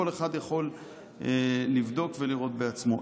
כל אחד יכול לבדוק ולראות בעצמו.